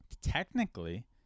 technically